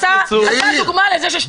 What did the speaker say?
אתה הדוגמה לזה שיש שטיפת מוח.